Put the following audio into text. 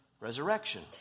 resurrection